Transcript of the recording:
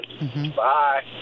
Bye